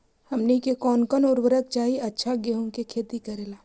हमनी के कौन कौन उर्वरक चाही अच्छा गेंहू के खेती करेला?